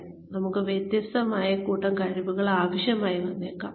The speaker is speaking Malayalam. ഇവിടെ നമുക്ക് വ്യത്യസ്തമായ ഒരു കൂട്ടം കഴിവുകൾ ആവശ്യമായി വന്നേക്കാം